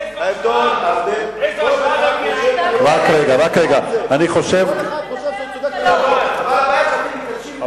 איזו השוואה, אבל הבעיה שאתם מקדשים.